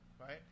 right